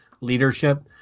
leadership